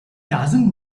doesn’t